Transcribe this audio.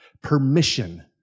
Permission